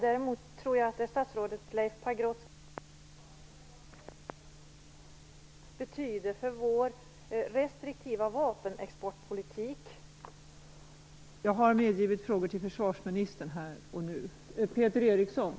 Däremot tror jag att det är statsrådet Leif Pagrotsky som skall svara på vad medlemskap i NATO betyder för vår restriktiva vapenexportpolitik.